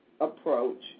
approach